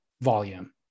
volume